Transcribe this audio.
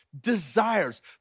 desires